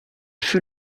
fut